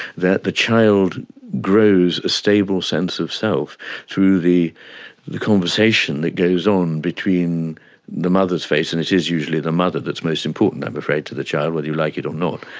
that the child grows a stable sense of self through the the conversation that goes on between the mother's face, and it is usually the mother that's most important i'm afraid to the child, whether you like it or not,